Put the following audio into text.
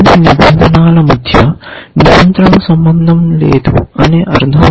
విభిన్న నిబంధనల మధ్య నియంత్రణ సంబంధం లేదు అనే అర్థంలో